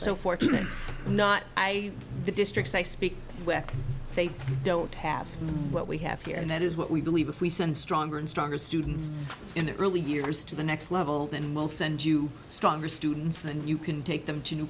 so fortunate not i the districts i speak with they don't have what we have here and that is what we believe if we send stronger and stronger students in the early years to the next level than most and you stronger students then you can take them to